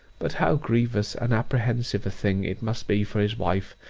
but how grievous and apprehensive a thing it must be for his wife,